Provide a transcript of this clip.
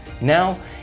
now